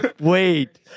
Wait